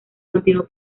continuó